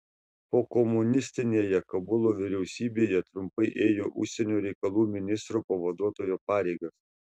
pokomunistinėje kabulo vyriausybėje trumpai ėjo užsienio reikalų ministro pavaduotojo pareigas